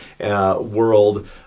world